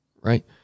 right